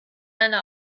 eine